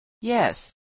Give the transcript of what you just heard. Yes